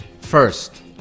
First